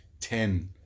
ten